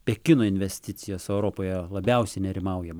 pekino investicijas europoje labiausiai nerimaujama